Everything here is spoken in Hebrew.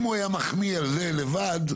אם הוא היה מחמיא לזה לבד,